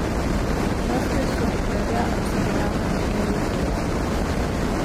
bžeskai su dukrele apsigyveno tenerifėje